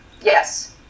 Yes